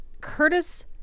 Curtis